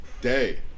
day